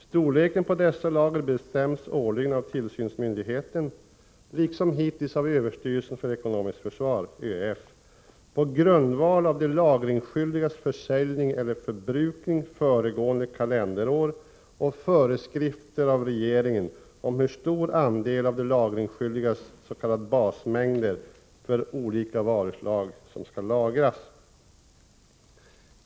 Storleken på dessa lager bestäms årligen av tillsynsmyndigheten — liksom hittills överstyrelsen för ekonomiskt försvar, ÖEF — på grundval av de lagringsskyldigas försäljning eller förbrukning föregående kalenderår och föreskrifter av regeringen om hur stor andel av de lagringsskyldigas s.k. basmängder för olika varuslag som skall lagras.